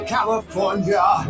California